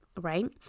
right